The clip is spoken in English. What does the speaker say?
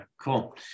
cool